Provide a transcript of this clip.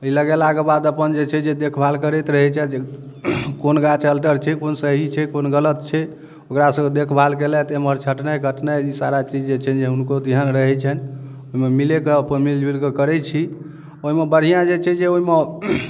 ई लगेलाके बाद अपन जे छै से देखभाल करैत रहै छथि जे कोन गाछ अल्टर छै कोन सही छै कोन गलत छै ओकरा सबके देखभाल केलथि एमहर छटनाइ कटनाइ ई सारा चीज जे छै हुनको ध्यान रहै छनि ओहिमे मिलै के अपन मिलजुल के करै छी ओहिमे बढ़िआँ जे छै ओहिमे